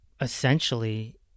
essentially